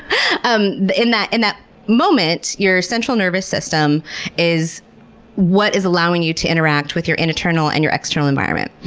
um um in that in that moment, your central nervous system is what is allowing you to interact with your internal and your external environment.